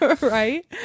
right